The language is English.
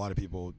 lot of people